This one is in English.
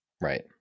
Right